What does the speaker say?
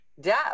death